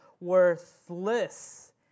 worthless